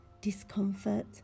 discomfort